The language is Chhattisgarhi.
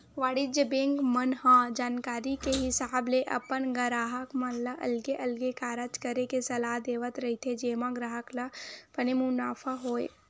वाणिज्य बेंक मन ह जानकारी के हिसाब ले अपन गराहक मन ल अलगे अलगे कारज करे के सलाह देवत रहिथे जेमा ग्राहक ल बने मुनाफा होय